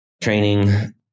training